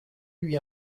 lui